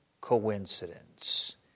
coincidence